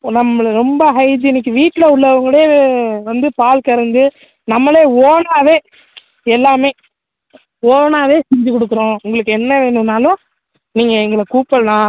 நம்மளுது ரொம்ப ஹைஜீனிக்கு வீட்டில் உள்ளவங்களே வந்து பால் கறந்து நம்மளே ஓனாவே எல்லாமே ஓனாவே செஞ்சுக் கொடுக்குறோம் உங்களுக்கு என்ன வேணுன்னாலும் நீங்கள் எங்களை கூப்பிட்லாம்